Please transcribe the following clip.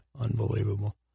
Unbelievable